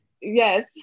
Yes